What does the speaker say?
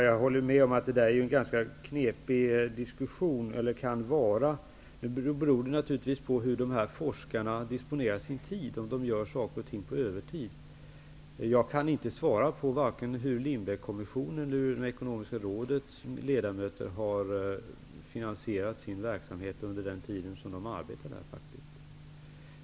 Jag håller med om att den frågan kan vara knepig. Det hela beror på hur forskarna disponerar sin arbetstid och om de gör saker och ting på övertid. Jag kan inte svara på hur Lindbeckkommissionens eller Ekonomiska rådets ledamöter har finansierat sin verksamhet under den tid de har arbetat.